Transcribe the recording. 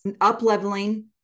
up-leveling